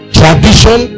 tradition